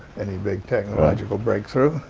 any big technological breakthrough.